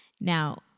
Now